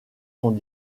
sont